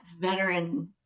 veteran